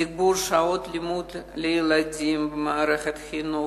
תגבור שעות לימוד לילדים במערכת החינוך,